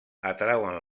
atrauen